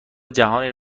جهانی